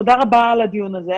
תודה רבה על הדיון הזה,